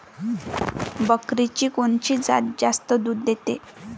बकरीची कोनची जात जास्त दूध देते?